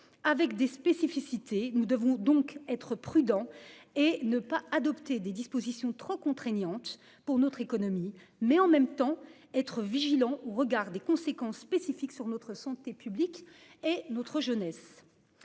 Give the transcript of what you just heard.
avec des spécificités, nous devons donc être prudent et ne pas adopter des dispositions trop contraignantes pour notre économie mais en même temps être vigilants au regard des conséquences spécifiques sur notre santé publique et notre jeunesse.